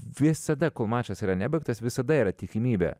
visada kpl mačas yra nebaigtas visada yra tikimybė